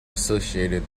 associated